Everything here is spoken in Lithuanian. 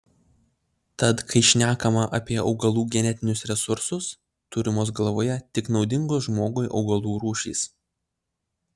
tad kai šnekama apie augalų genetinius resursus turimos galvoje tik naudingos žmogui augalų rūšys